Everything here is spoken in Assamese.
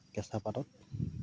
কেঁচাপাতত